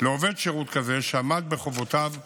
לעובד שירות כזה שעמד בחובותיו כנדרש.